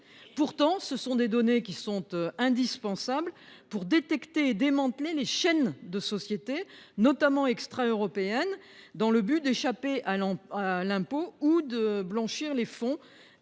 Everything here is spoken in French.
Pourtant, ces données sont indispensables pour détecter et démanteler les chaînes de société, notamment extra européennes, mises en place afin d’échapper à l’impôt ou de blanchir des fonds